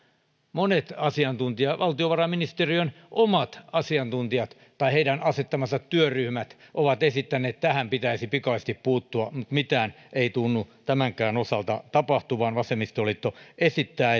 monet asiantuntijat valtiovarainministeriön omat asiantuntijat tai heidän asettamansa työryhmät ovat esittäneet että tähän pitäisi pikaisesti puuttua mutta mitään ei tunnu tämänkään osalta tapahtuvan vasemmistoliitto esittää